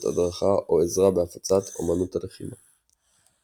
הדרכה או עזרה בהפצת אמנות הלחימה.